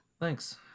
thanks